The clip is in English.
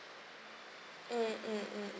mm mm mm